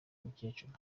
mukecuru